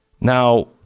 Now